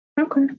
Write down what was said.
Okay